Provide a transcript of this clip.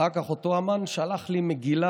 אחר כך אותו אומן שלח לי מגילה: